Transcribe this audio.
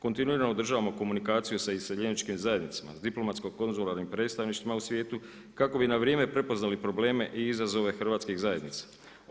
Kontinuirano održavamo komunikaciju sa iseljeničkim zajednicama, sa diplomatsko-konzularnim predstavništvima u svijetu kako bi na vrijeme prepoznali probleme i izazove hrvatskih zajednica.